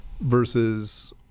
versus